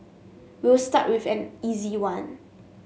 we'll start with an easy one